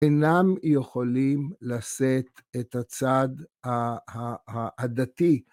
אינם יכולים לשאת את הצד הדתי.